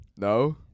no